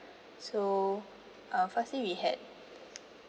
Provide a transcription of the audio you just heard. so uh firstly we had